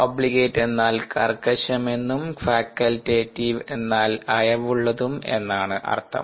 obligate എന്നാൽ കർക്കശം എന്നും ഫാകൽറ്റടിവ് എന്നാൽ അയവുള്ളതും എന്നാണ് അർത്ഥം